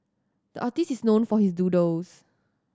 the artist is known for his doodles